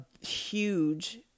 huge